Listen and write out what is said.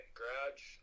garage